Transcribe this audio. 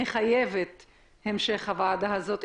מחייבת את המשך הוועדה הזאת.